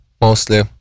mostly